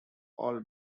all